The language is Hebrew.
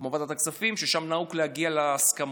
כמו ועדת הכספים, ששם נהוג להגיע להסכמות,